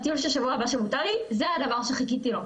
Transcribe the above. הטיול של השבוע הבא שבוטל לי, זה הדבר שחיכיתי לו.